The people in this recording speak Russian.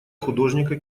художника